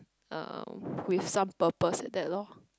um with some purpose like that loh